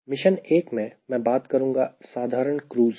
mission एक में मैं बात करूंगा साधारण क्रूज की